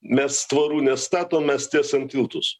mes tvorų nestatom mes tiesiam tiltus